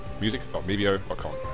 Music.mebio.com